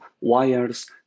wires